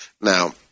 Now